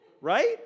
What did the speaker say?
Right